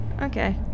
Okay